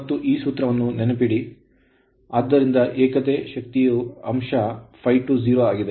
ಮತ್ತು ಈ ಸೂತ್ರವನ್ನು ನೆನಪಿಡಿ ಆದ್ದರಿಂದ ಏಕತೆಗೆ ಶಕ್ತಿಯ ಅಂಶ ∅2 0 ಆಗಿದೆ